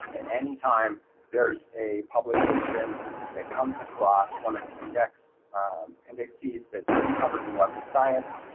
and anytime there's a publication that comes across one of the index indices that's covered in web of science.